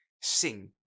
sing